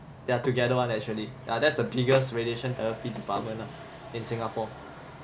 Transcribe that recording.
they are together one actually ya that's the biggest radiation therapy department ah in Singapore